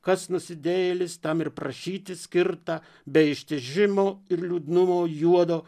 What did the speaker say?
kas nusidėjėlis tam ir prašyti skirtą be ištižimo ir liūdnumo juodo